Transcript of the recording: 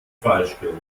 falschgeld